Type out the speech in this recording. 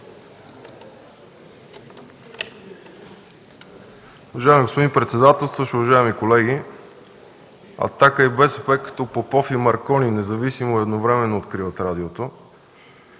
Уважаеми господин председателстващ, уважаеми колеги! „Атака” и БСП, като Попов и Марколин независимо и едновременно откриват радиото.